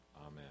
Amen